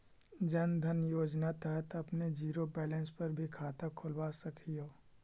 जन धन योजना के तहत आपने जीरो बैलेंस पर भी खाता खुलवा सकऽ हिअ